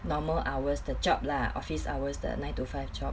normal hours the job lah office hours the nine to five job